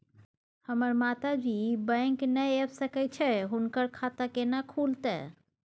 हमर माता जी बैंक नय ऐब सकै छै हुनकर खाता केना खूलतै?